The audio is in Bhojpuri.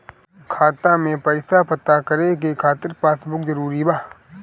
खाता में पईसा पता करे के खातिर पासबुक जरूरी बा?